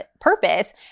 purpose